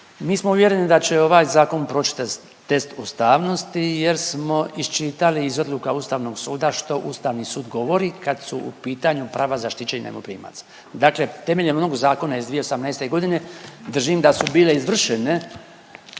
Mi smo uvjereni da će ovaj zakon proć test ustavnosti jer smo iščitali iz odluka Ustavnog suda što Ustavni sud govori kad su u pitanju prava zaštićenih najmoprimaca. Dakle temeljem onog zakona iz 2018.g. držim da su bile izvršene,